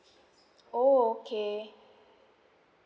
oh okay